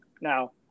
Now